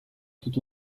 tout